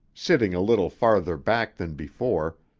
sitting a little farther back than before,